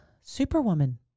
superwoman